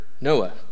Noah